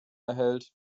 erhält